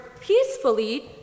peacefully